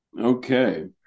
Okay